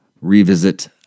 revisit